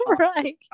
right